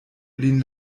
lin